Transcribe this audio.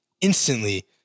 instantly